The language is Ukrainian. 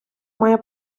має